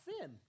sin